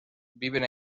viven